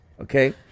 okay